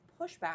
pushback